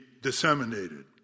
disseminated